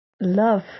love